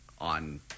on